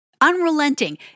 Unrelenting